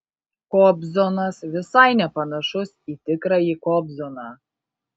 kobzonas visai nepanašus į tikrąjį kobzoną